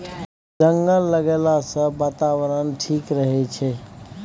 जंगल लगैला सँ बातावरण ठीक रहै छै